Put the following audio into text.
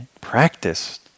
practice